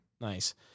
Nice